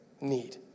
need